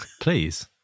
Please